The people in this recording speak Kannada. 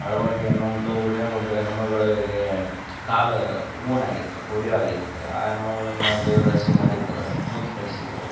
ಅಳವಂಡಿ ಅನ್ನುವಂಥ ಊರ್ನಾಗ ಒಬ್ಬ ಹೆಣ್ಣು ಮಗ್ಳಿಗೆ ಕಾಲು ಊನ ಆಗಿತ್ತು ಪೋಲಿಯೋ ಆಗಿತ್ತು ಆ ಹೆಣ್ಣು ಮಗ್ಳನ್ನು ದೇವದಾಸಿ ಮಾಡಿದ್ರು ಮುತ್ತು ಕಟ್ಸಿದ್ರು